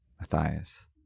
Matthias